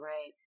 Right